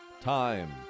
Time